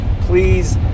please